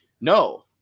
no